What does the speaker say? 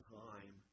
time